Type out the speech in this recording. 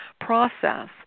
process